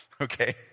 Okay